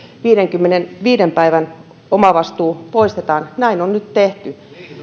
viidenkymmenenviiden päivän omavastuu poistetaan näin on nyt tehty